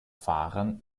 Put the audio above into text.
fahrern